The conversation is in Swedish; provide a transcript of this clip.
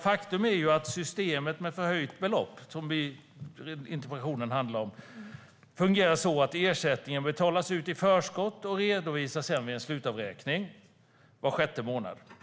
Faktum är att systemet med förhöjt belopp, som interpellationen handlar om, fungerar så att ersättningen betalas ut i förskott och redovisas sedan i en slutavräkning var sjätte månad.